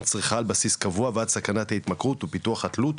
צריכה על בסיס קבוע ועד סכנת ההתמכרות ופיתוח התלות,